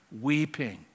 weeping